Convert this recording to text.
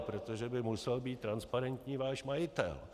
Protože by musel být transparentní váš majitel.